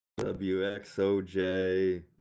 WXOJ